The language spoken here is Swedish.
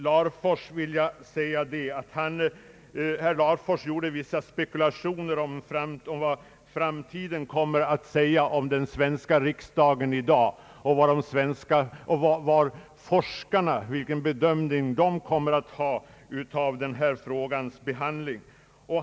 | Herr Larfors gjorde vissa spekulationer om vad man i framtiden kommer att säga om dagens svenska riksdag och vilken bedömning forskarna kommer att ge av denna frågas behandling.